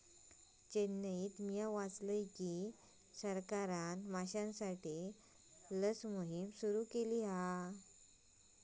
चेन्नईत मिया वाचलय की सरकारना माश्यांसाठी लस मोहिम सुरू केली हा